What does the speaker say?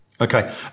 Okay